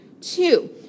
two